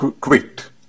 quit